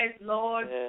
Lord